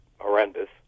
horrendous